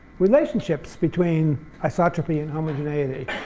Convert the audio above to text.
relationships between isotropy and homogeneity.